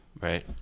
Right